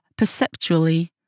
perceptually